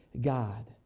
God